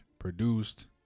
produced